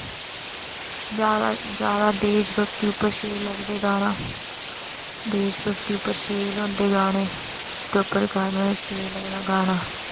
जादा जादै देश भगती उप्पर शैल लगदा गाना देश भगती पर शैल होंदे गाने उसदे उप्पर गाना शैल लगदा गाना